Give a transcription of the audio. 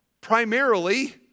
primarily